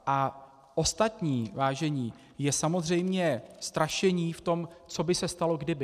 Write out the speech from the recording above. A ostatní, vážení, je samozřejmě strašení v tom, co by se stalo kdyby.